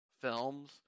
films